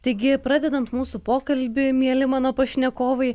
taigi pradedant mūsų pokalbį mieli mano pašnekovai